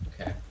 Okay